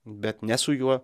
bet ne su juo